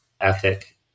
ethic